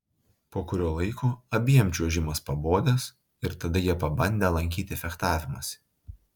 po kurio laiko abiem čiuožimas pabodęs ir tada jie pabandę lankyti fechtavimąsi